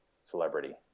celebrity